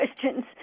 questions